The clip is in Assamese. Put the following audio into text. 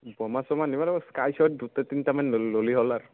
বমা চমা নিব লাগব স্কাই শ্বট দুটা তিনিটামান ল'লি হ'ল আৰু